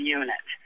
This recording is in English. unit